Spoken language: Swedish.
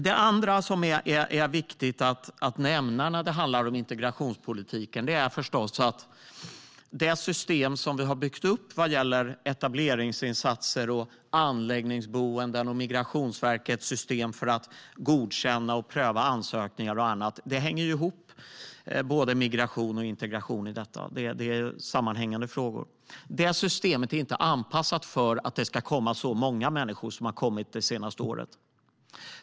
Det andra som är viktigt att nämna när det handlar om integrationspolitiken är att i det system som vi har byggt upp vad gäller etableringsinsatser, anläggningsboenden och Migrationsverkets system för att godkänna och pröva ansökningar och annat, där hänger migration och integration ihop. Det är sammanhängande frågor. Det systemet är inte anpassat för att det ska komma så många människor som det har kommit det senaste året.